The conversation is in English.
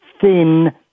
thin